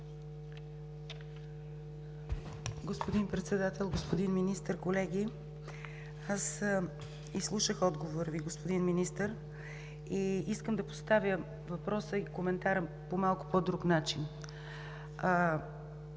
Господин Председател, господин Министър, колеги! Изслушах отговора Ви, господин Министър, и искам да поставя въпроса и коментара по малко по-друг начин.